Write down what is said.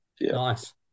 Nice